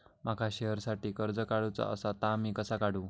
माका शेअरसाठी कर्ज काढूचा असा ता मी कसा काढू?